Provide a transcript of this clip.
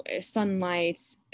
sunlight